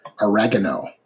Oregano